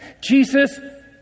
Jesus